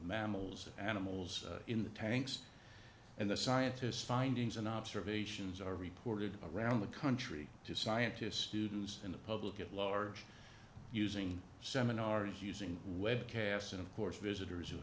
mammals and animals in the tanks and the scientists findings and observations are reported around the country to scientists students in the public at large using seminars using webcast and of course visitors who